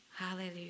Hallelujah